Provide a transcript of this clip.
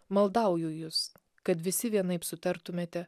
maldauju jus kad visi vienaip sutartumėte